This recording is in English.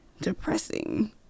depressing